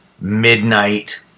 midnight